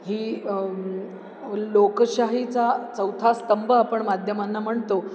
ही लोकशाहीचा चौथा स्तंभ आपण माध्यमांना म्हणतो